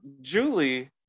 Julie